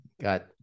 got